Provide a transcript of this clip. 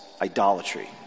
idolatry